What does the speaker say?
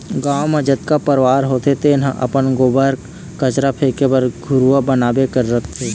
गाँव म जतका परवार होथे तेन ह अपन गोबर, कचरा फेके बर घुरूवा बनाबे करथे